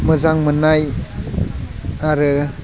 मोजां मोननाय आरो